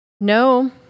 No